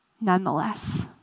nonetheless